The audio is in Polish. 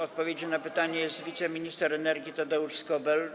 odpowiedzi na pytanie jest wiceminister energii Tadeusz Skobel.